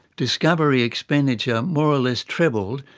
discovery expenditure more or less trebled,